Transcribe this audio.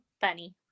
funny